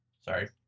Sorry